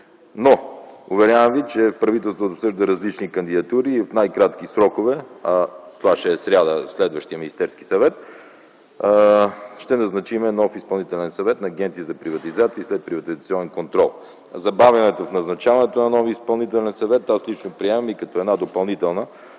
Но ви уверявам, че правителството обсъжда различни кандидатури и в най-кратки срокове – това ще е сряда, на следващия Министерски съвет, ще назначим нов Изпълнителен съвет на Агенцията за приватизация и следприватизационен контрол. Забавянето в назначаването на новия Изпълнителен съвет аз лично приемам като допълнителна